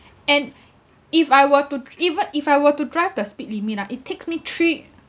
and if I were to dr~ even if I were to drive the speed limit ah it takes me three